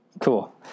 Cool